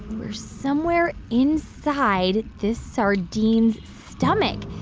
we're somewhere inside this sardine's stomach.